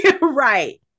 Right